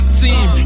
team